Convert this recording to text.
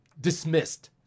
dismissed